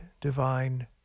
divine